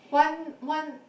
one one